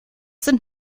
sind